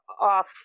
off